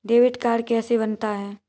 Debit card कैसे बनता है?